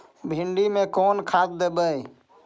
भिंडी में कोन खाद देबै?